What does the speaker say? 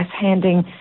handing